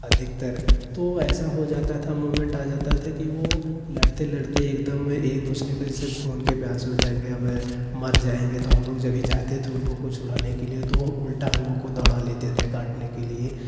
अधिकतर तो ऐसा हो जाता था मोमेंट आ जाता था कि वह लड़ते लड़ते एकदम में एक दूसरे को इस खून के प्यासे हो जाएँगे अब मर जाएँगे तो हम लोग जब भी जाते थे उन लोगों को छुड़ाने के लिए तो उल्टा हम लोग को दौड़ा लेते थे काटने के लिए